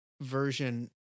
version